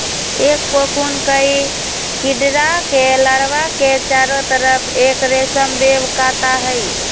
एक कोकून कई कीडड़ा के लार्वा के चारो तरफ़ एक रेशम वेब काता हई